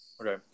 Okay